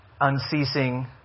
unceasing